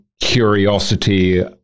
curiosity